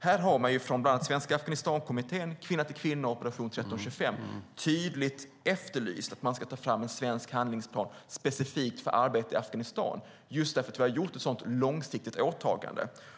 Här har man från bland andra Svenska Afghanistankommittén, Kvinna till Kvinna och Operation 1325 tydligt efterlyst att det ska tas fram en svensk handlingsplan specifikt för arbetet i Afghanistan just därför att vi har gjort ett så långsiktigt åtagande.